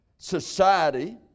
Society